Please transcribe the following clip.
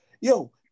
Yo